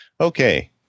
Okay